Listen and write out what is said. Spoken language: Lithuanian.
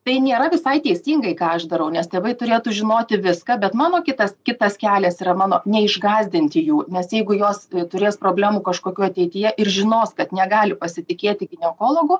tai nėra visai teisingai ką aš darau nes tėvai turėtų žinoti viską bet mano kitas kitas kelias yra mano neišgąsdinti jų nes jeigu jos turės problemų kažkokių ateityje ir žinos kad negali pasitikėti ginekologu